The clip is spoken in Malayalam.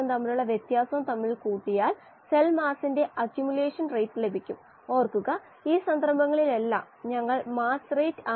ഇവിടെ ഫ്ലക്സിനെ NA എന്ന് വിളിക്കുന്നു അത് A ആയി വികസിപ്പിക്കുകയും തുടർന്ന് ഓക്സിജന്റെ കാര്യത്തിൽ പ്രയോഗിക്കുകയും ചെയ്യും ഇത് ഒരു ജനറിക് സ്പീഷീസ് A ആണ്